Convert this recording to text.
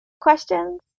questions